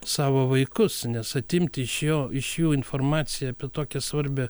savo vaikus nes atimti iš jo iš jų informaciją apie tokią svarbią